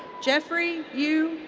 jeffrey u.